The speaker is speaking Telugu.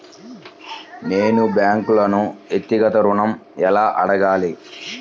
నేను బ్యాంక్ను వ్యక్తిగత ఋణం ఎలా అడగాలి?